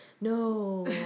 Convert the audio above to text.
No